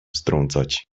strącać